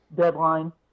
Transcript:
deadline